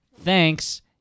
Thanks